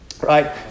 Right